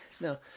No